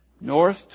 North